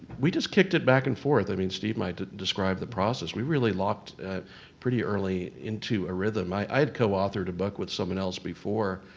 we just kicked it back and forth. i mean, steve might describe the process. we really locked pretty early into a rhythm. i i had coauthored a book with someone else before,